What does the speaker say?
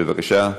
בבקשה.